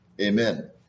amen